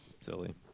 silly